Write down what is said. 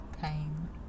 pain